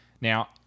Now